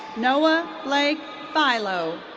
noah blake filo.